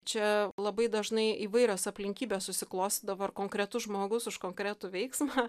čia labai dažnai įvairios aplinkybės susiklostydavo ar konkretus žmogus už konkretų veiksmą